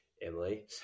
emily